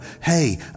hey